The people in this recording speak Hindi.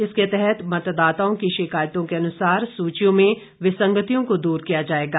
इसके तहत मतदाताओं की शिकायतों के अनुसार सूचियों में विसंगतियों को दूर किया जाएगा